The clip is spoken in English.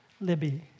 Libby